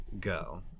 Go